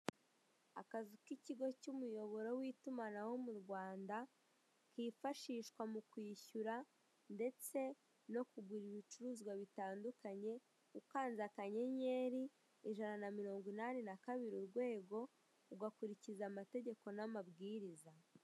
Akazu k'ikigo cy'umuyoboro w'itumanaho mu Rwanda, kifashishwa mu kwishyura ndetse no kugura ibicuruzwa bitandukanye ukanze akanyenyer,i ijana na mirongo inani na kabiri, urwego, ugakurikiza amategeko n'amabwiriza.